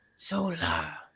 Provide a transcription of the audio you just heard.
Zola